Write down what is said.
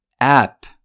App